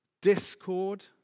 discord